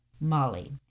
molly